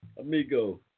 amigo